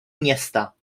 města